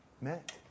met